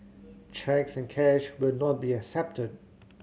cheques and cash will not be accepted